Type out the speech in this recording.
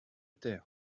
terre